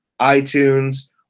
iTunes